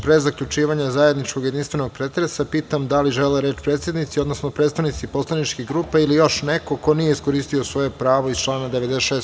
Pre zaključivanja zajedničkog jedinstvenog pretresa, pitam da li žele reč predsednici, odnosno predstavnici poslaničkih grupa ili još neko ko nije iskoristio svoje pravo iz člana 96.